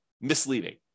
misleading